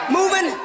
Moving